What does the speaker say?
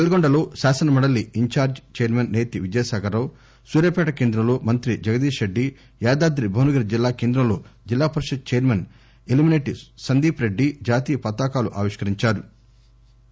నల్లగొండలో శాసనసమండలి in charge chairman సేతి విద్యాసాగర్ రావు సూర్యాపేట కేంద్రంలో మంత్రి జగదీష్ రెడ్డి యాదాద్రి భువనగిరి జిల్లా కేంద్రంలో జిల్లా పరిషత్ ఛైర్మస్ ఎలీమేటి సందీప్ రెడ్డి జాతీయ పతాకాలను ఆవిష్కరించారు